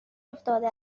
افتاده